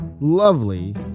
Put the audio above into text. lovely